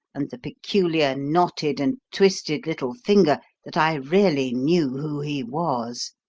and the peculiar knotted and twisted little finger that i really knew who he was.